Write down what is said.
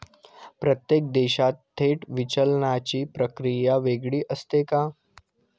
प्रत्येक देशात थेट विचलनाची प्रक्रिया वेगळी असते का?